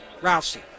Rousey